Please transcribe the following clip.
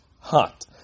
hot